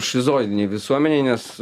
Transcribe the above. šizoidinei visuomenei nes